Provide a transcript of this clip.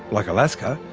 like alaska,